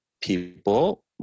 people